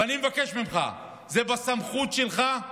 ואני מבקש ממך, זה בסמכות שלך,